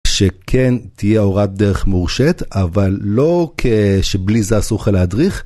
שכן תהיה הוראת דרך מורשת, אבל לא שבלי זה אסור חלילה להדריך.